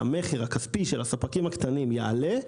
והמחר הכספי של הספקים הקטנים יעלה,